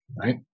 right